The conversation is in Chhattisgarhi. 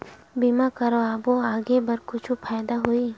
बीमा करबो आगे बर कुछु फ़ायदा होही?